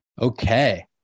Okay